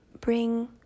bring